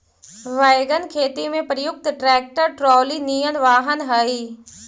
wagon खेती में प्रयुक्त ट्रैक्टर ट्रॉली निअन वाहन हई